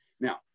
Now